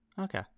Okay